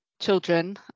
children